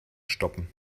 stoppen